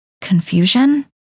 confusion